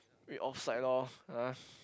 free off side loh ah